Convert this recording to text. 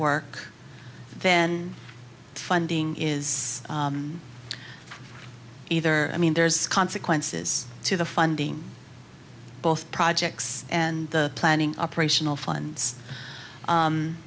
work then funding is either i mean there's consequences to the funding both projects and the planning operational funds